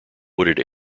wooded